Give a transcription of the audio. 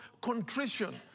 contrition